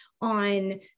on